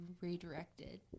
redirected